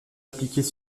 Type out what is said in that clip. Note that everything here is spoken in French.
appliqués